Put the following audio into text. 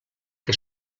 que